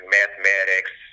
mathematics